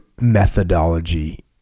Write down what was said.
methodology